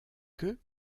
queue